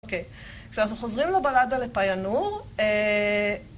אוקיי. כשאנחנו חוזרים לבלדה לפייאנור,